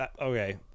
Okay